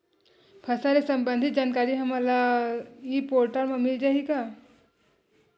फसल ले सम्बंधित जानकारी हमन ल ई पोर्टल म मिल जाही का?